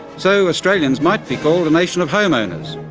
so australians might be called a nation of homeowners.